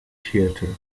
theatre